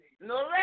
No